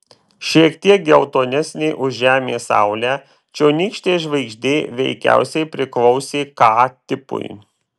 šiek tiek geltonesnė už žemės saulę čionykštė žvaigždė veikiausiai priklausė k tipui